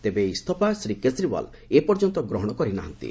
ତେବେ ଏହି ଇସ୍ତଫା ଶ୍ରୀ କେଜିରିୱାଲ ଏପର୍ଯ୍ୟନ୍ତ ଗ୍ରହଣ କରିନାହାନ୍ତି